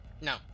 No